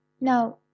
Now